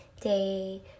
day